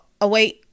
away